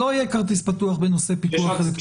לא יהיה כרטיס פתוח בנושא פיתוח אלקטרוני.